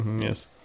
Yes